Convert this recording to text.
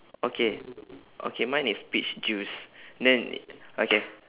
okay okay mine is peach juice then okay